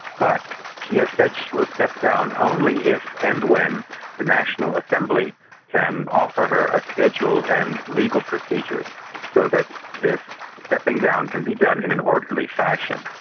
but she has said she will step down only if and when the national assembly can offer her a schedule and legal procedures so that this stepping down can be done in an orderly fashion.